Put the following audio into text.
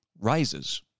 rises